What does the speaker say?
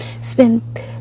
spend